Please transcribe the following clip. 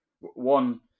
one